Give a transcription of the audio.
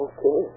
Okay